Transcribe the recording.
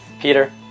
Peter